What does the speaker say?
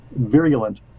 virulent